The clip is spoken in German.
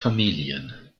familien